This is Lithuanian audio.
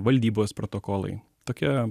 valdybos protokolai tokia